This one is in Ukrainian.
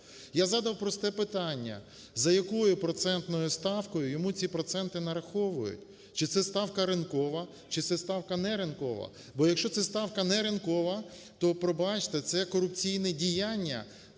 Я задав просте питання, за якою процентною ставкою йому ці проценти нараховують. Чи це ставка ринкова, чи це ставка неринкова? Бо, якщо це ставка неринкова, то, пробачте, це корупційне діяння.